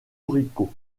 rico